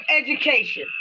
education